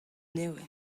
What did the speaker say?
nevez